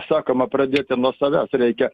sakoma pradėti nuo savęs reikia